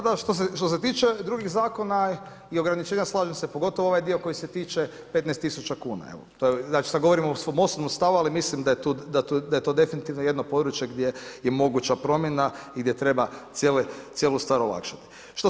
Da, što se tiče drugih zakona i ograničenja slažem se, pogotovo ovaj dio koji se tiče 15 000 kuna, sad govorim o svom osobnom stavu, ali mislim da je to definitivno jedno područje gdje je moguća promjena i gdje treba cijelu stvar olakšat.